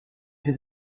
fait